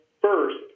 first